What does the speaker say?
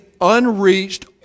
unreached